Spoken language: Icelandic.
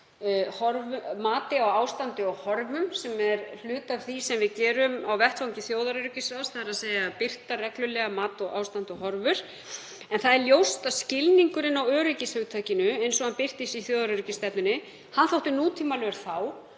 sem er hluti af því sem við gerum á vettvangi þjóðaröryggisráðs, þ.e. að birta reglulega mat á ástandi og horfum. En það er ljóst að skilningurinn á öryggishugtakinu eins og hann birtist í þjóðaröryggisstefnunni þótti nútímalegur.